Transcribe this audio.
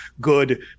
good